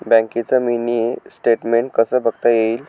बँकेचं mini statement कसं बघता येईल?